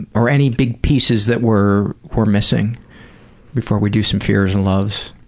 or any big pieces that we're we're missing before we do some fears and loves?